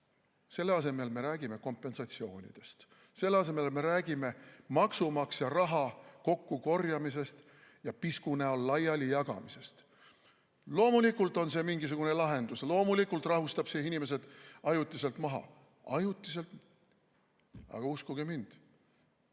Selle asemel me räägime kompensatsioonidest, selle asemel me räägime maksumaksja raha kokkukorjamisest ja piskuna laialijagamisest. Loomulikult on see mingisugune lahendus, loomulikult rahustab see inimesed ajutiselt maha. Ajutiselt. Aga uskuge mind: